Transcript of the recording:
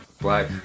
Black